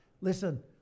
Listen